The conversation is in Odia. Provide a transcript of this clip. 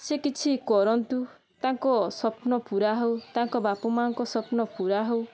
ସେ କିଛି କରନ୍ତୁ ତାଙ୍କ ସ୍ୱପ୍ନ ପୁରା ହଉ ତାଙ୍କ ବାପା ମାଁଙ୍କ ସ୍ୱପ୍ନ ପୁରା ହଉ